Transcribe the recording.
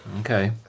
Okay